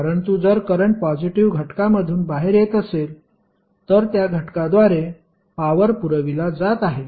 परंतु जर current positive घटकामधून बाहेर येत असेल तर त्या घटकाद्वारे पॉवर पुरविला जात आहे